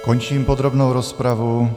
Končím podrobnou rozpravu.